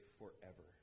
forever